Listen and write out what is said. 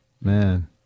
Man